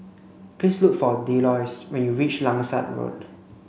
please look for Delois when you reach Langsat Road